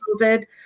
covid